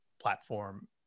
platform